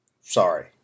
sorry